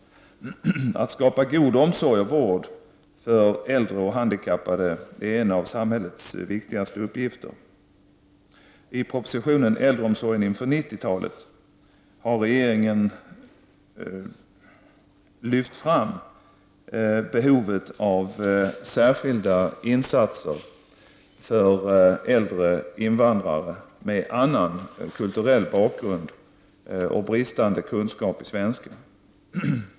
Att skapa god omsorg och vård för äldre och handikappade är en av samhällets viktigaste uppgifter. I propositionen Äldreomsorgen inför 90-talet har regeringen lyft fram behovet av särskilda insatser för äldre invandrare med annan kulturell bakgrund och bristande kunskaper i svenska.